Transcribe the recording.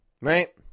right